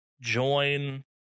join